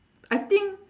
I think